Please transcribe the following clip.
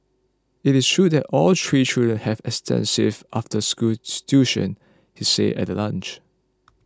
it is true that all three children have extensive after school tuition he said at the launch